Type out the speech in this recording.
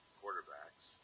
quarterbacks